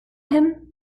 him